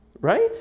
Right